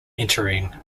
entering